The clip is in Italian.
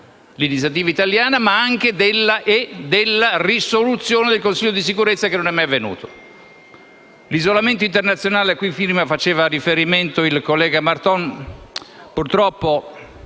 l'iniziativa italiana, ma anche della risoluzione del Consiglio di sicurezza, che non è mai intervenuta. L'isolamento internazionale a cui prima faceva riferimento il collega Marton, purtroppo,